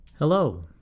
Hello